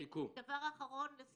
דבר אחרון, לסיכום,